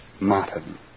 Martin